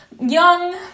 young